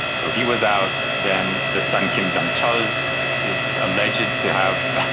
so he was out then. the son kim jong-chul is alleged to have,